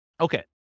Okay